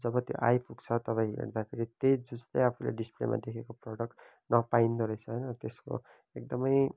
जब त्यो आइपुग्छ तब हेर्दाखेरि त्यही जस्तै आफूले डिसप्लेमा देखेको प्रडक्ट नपाइँदो रहेछ होइन त्यसको एकदमै